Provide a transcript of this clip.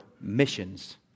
missions